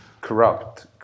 corrupt